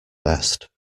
best